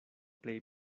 plej